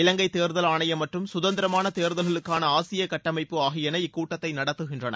இவங்கை தேர்தல் ஆணையம் மற்றும் சுதந்திரமான தேர்தல்களுக்கான ஆசிய கட்டமைப்பு ஆகியன இந்த கூட்டத்தை நடத்துகின்றன